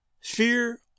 Fear